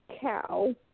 cow